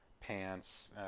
pants